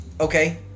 Okay